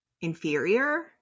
inferior